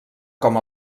com